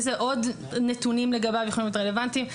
איזה עוד נתונים לגביו יכולים להיות רלוונטיים,